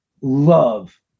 love